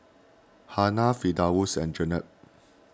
Hana Firdaus and Jenab